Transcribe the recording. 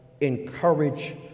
encourage